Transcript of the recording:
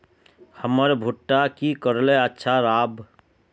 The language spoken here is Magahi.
हमर भुट्टा की करले अच्छा राब?